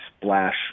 splash